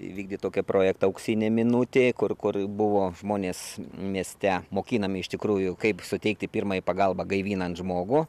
įvykdė tokį projektą auksinė minutė kur kur buvo žmonės mieste mokinami iš tikrųjų kaip suteikti pirmąją pagalbą gaivinant žmogų